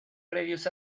previos